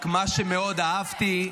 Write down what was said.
רק מה שמאוד אהבתי,